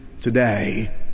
today